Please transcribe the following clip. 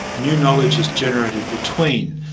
new knowledge is generated between,